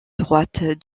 droite